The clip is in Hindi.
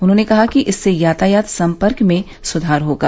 उन्होंने कहा कि इससे यातायात सम्पर्क में सुधार होगा